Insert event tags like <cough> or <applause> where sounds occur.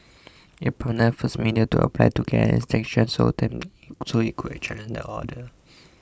it prompted First Media to apply to get an extension of time so it could challenge the order <noise>